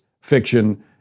fiction